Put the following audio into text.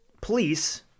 police